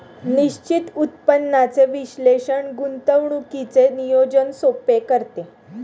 निश्चित उत्पन्नाचे विश्लेषण गुंतवणुकीचे नियोजन सोपे करते